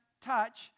touch